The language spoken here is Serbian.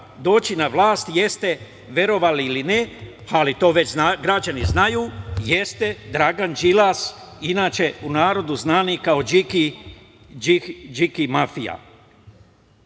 doći na vlast jeste, verovali ili ne, ali to već građani znaju, Dragan Đilas, u narodu znani kao "điki mafija".